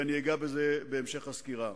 ואגע בזה בהמשך הסקירה.